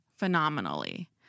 Phenomenally